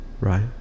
Right